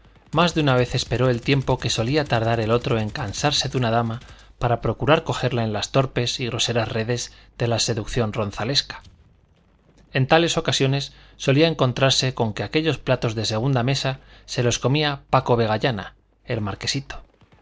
más de una vez esperó el tiempo que solía tardar el otro en cansarse de una dama para procurar cogerla en las torpes y groseras redes de la seducción ronzalesca en tales ocasiones solía encontrarse con que aquellos platos de segunda mesa se los comía paco vegallana el marquesito